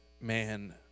man